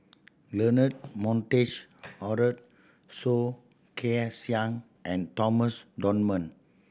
Leonard Montague Harrod Soh Kay Siang and Thomas Dunman